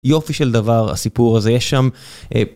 יופי של דבר הסיפור הזה, יש שם...